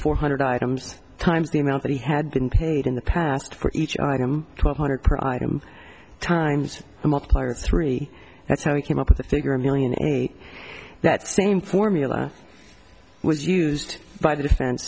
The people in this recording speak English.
four hundred items times the amount that he had been paid in the past for each item one hundred per item times a multiplier three that's how he came up with the figure a million eight that same formula was used by the defen